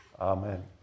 Amen